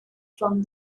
from